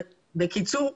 בקיצור,